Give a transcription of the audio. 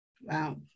Wow